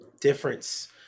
difference